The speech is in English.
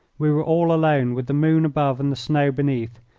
we were all alone, with the moon above and the snow beneath.